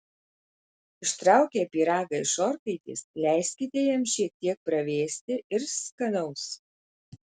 ištraukę pyragą iš orkaitės leiskite jam šiek tiek pravėsti ir skanaus